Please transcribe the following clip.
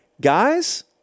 guys